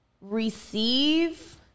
receive